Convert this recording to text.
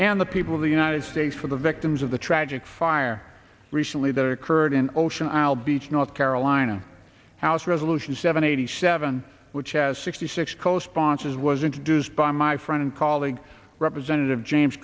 and the people of the united states for the victims of the tragic fire recently that occurred in ocean isle beach north carolina house resolution seven eighty seven which as sixty six co sponsors was introduced by my friend and colleague representative james